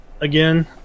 again